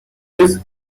his